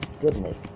goodness